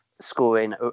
scoring